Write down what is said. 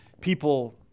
people